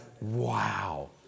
wow